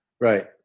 Right